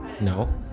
No